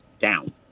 down